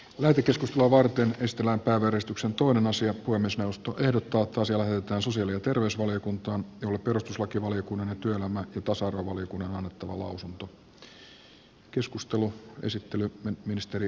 lähetekeskustelua varten tilataan verestyksen tuoman asia kuin myös vanhus tukehduttavat toisiaan terveysvaliokuntaan jolle perustuslakivaliokunnan ja työelämä ja tasa arvovaliokunnan on annettava lausunto